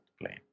plane